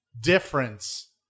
difference